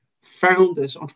Founders